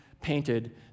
painted